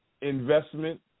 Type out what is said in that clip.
investment